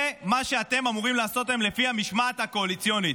זה מה שאתם אמורים לעשות היום לפי המשמעת הקואליציונית.